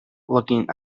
looking